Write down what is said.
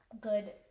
good